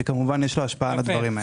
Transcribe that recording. שכמובן יש לו השפעה בדברים האלה.